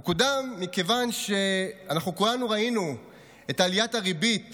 הוא קודם מכיוון שאנחנו כולנו ראינו את עליית הריבית